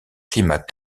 climat